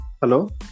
Hello